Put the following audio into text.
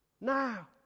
Now